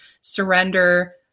surrender